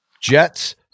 Jets